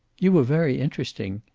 you were very interesting.